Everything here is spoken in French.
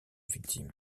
victime